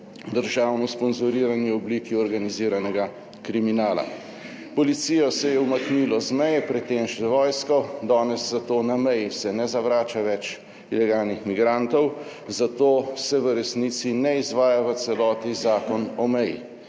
državno sponzorirani obliki organiziranega kriminala. Policijo se je umaknilo z meje, pred tem še vojsko, danes se zato na meji ne zavrača več ilegalnih migrantov, zato se v resnici ne izvaja v celoti Zakon o meji,